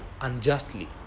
unjustly